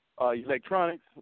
electronics